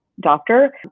doctor